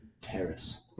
Terrace